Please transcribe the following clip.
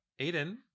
Aiden